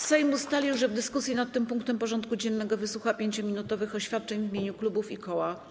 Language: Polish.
Sejm ustalił, że w dyskusji nad tym punktem porządku dziennego wysłucha 5- minutowych oświadczeń w imieniu klubów i koła.